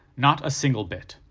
not a single bit.